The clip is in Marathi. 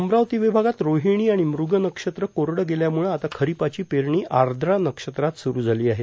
अमरावती विभागात रोहिणी आणि मृग नक्षत्र कोरडे गेल्यामुळे आता खरिपाची पेरणी आद्रा नक्षत्रात सुरू झाली आहे